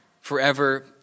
forever